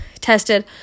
tested